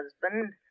husband